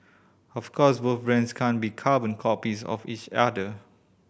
of course both brands can't be carbon copies of each other